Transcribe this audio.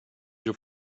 your